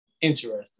interesting